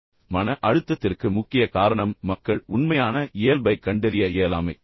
மற்றொரு கருத்து என்னவென்றால் மன அழுத்தத்திற்கு முக்கிய காரணம் மக்கள் உண்மையான இயல்பைக் கண்டறிய இயலாமை